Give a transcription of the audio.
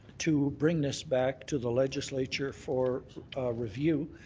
to bring this back to the legislature for review,